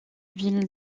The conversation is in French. ville